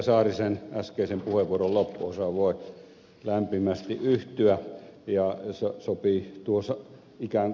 saarisen äskeisen puheenvuoron loppuosaan voi lämpimästi yhtyä ja osa sopii tuossa mikä